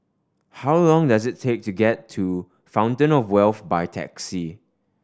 how long does it take to get to Fountain Of Wealth by taxi